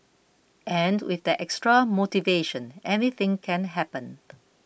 and with that extra motivation anything can happen